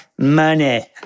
money